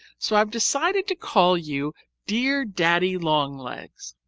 so i've decided to call you dear daddy-long-legs.